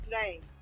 name